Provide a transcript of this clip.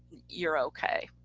you're okay.